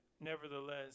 nevertheless